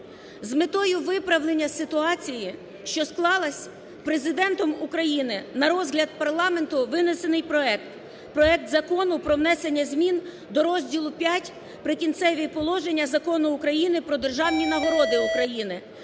З метою виправлення ситуації, що с клалася, Президентом України на розгляд парламенту винесений проект – проект Закону про внесення змін до розділу V "Прикінцеві положення" Закону України "Про державні нагороди України"